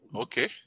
Okay